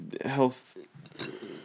health